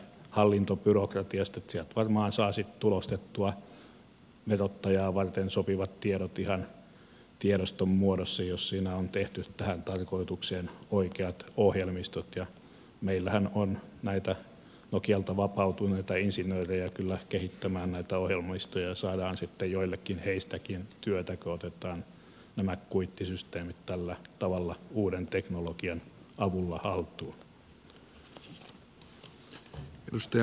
sieltä varmaan saa sitten tulostettua verottajaa varten sopivat tiedot ihan tiedoston muodossa jos siinä on tehty tähän tarkoitukseen oikeat ohjelmistot ja meillähän on näitä nokialta vapautuneita insinöörejä kyllä kehittämään näitä ohjelmistoja ja saadaan sitten joillekin heistäkin työtä kun otetaan nämä kuittisysteemit tällä tavalla uuden teknologian avulla haltuun